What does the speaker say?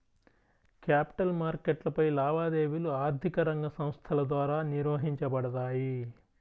capital మార్కెట్లపై లావాదేవీలు ఆర్థిక రంగ సంస్థల ద్వారా నిర్వహించబడతాయి